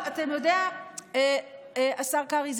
אבל אתה יודע, השר קרעי?